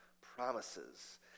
promises